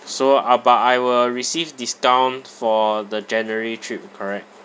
so uh but I will receive discount for the january trip correct